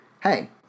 hey